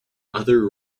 other